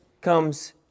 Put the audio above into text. comes